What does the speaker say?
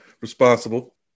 responsible